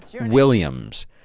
Williams